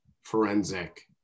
forensic